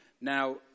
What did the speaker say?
Now